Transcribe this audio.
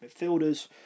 midfielders